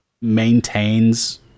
maintains